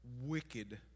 wicked